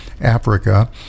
Africa